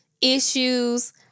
issues